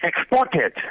exported